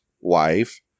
wife